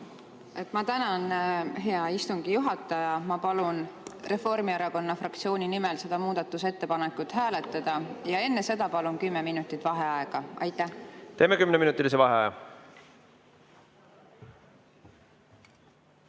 Ma tänan, hea istungi juhataja! Ma palun Reformierakonna fraktsiooni nimel seda muudatusettepanekut hääletada ja enne seda palun kümme minutit vaheaega. Teeme kümneminutilise vaheaja.V